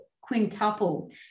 quintuple